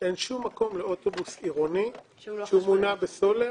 אין שום מקום לאוטובוס עירוני שמונע בסולר.